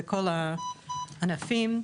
לכל הענפים.